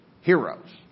heroes